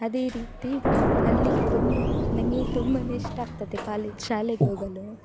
ಅದೇ ರೀತಿ ಅಲ್ಲಿ ತುಮ್ ನನಗೆ ತುಂಬನೇ ಇಷ್ಟ ಆಗ್ತದೆ ಕಾಲೇಜ್ ಶಾಲೆಗೆ ಹೋಗಲು